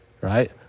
right